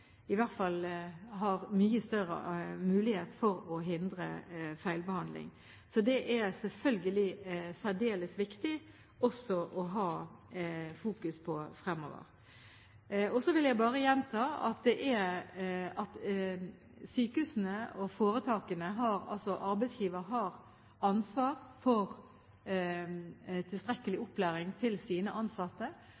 i hvert fall har mye større mulighet for å hindre feilbehandling. Dette er det selvfølgelig særdeles viktig også å ha fokus på fremover. Jeg vil bare gjenta at sykehusene og foretakene – arbeidsgiver – har ansvar for å gi tilstrekkelig